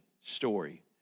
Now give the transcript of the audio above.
story